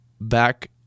back